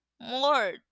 more